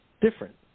different